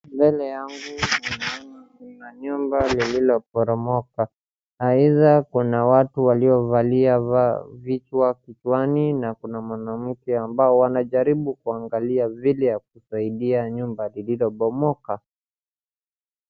Mbele yangu ninaona kuna nyumba lilioporomoka either kuna watu waliovalia vitu kichwani na kuna mwanamke ambao wanajaribu kuangalia vile ya kusaidia nyumba liliobomoka.